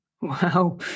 Wow